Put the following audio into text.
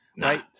Right